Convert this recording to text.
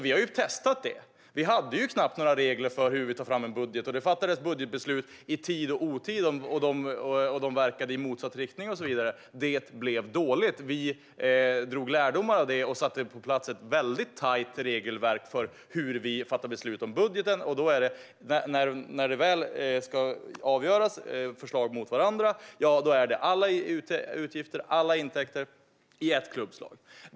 Vi har testat att inte ha några regler. Vi hade knappt några regler för hur vi tar fram en budget. Det fattades budgetbeslut i tid och otid, de verkade i motsatt riktning och så vidare. Det blev dåligt. Vi drog lärdomar av det och satte ett väldigt tajt regelverk på plats för hur vi fattar beslut om budgeten. När det väl ska avgöras och förslag ska ställas mot varandra är det alla utgifter och alla intäkter i ett klubbslag.